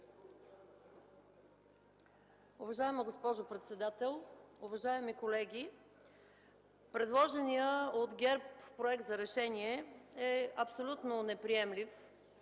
Уважаема госпожо председател, уважаеми колеги, предложеният от ГЕРБ проект за решение е абсолютно неприемлив